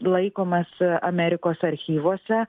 laikomas amerikos archyvuose